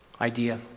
idea